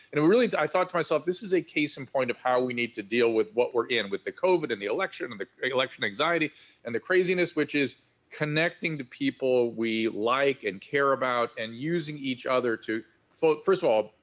and really, i thought to myself, this is a case in point of how we need to deal with what we're in with the covid and the election and the election anxiety and the craziness, which is connecting to people we like and care about and using each other to, first of all,